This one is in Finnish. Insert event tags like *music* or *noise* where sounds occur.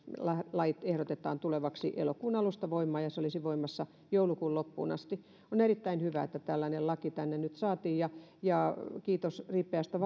lait ehdotetaan tulevaksi elokuun alusta voimaan ja ne olisivat voimassa joulukuun loppuun asti on erittäin hyvä että tällainen esitys tänne nyt saatiin ja ja kiitos ripeästä *unintelligible*